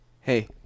Hey